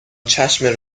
چشم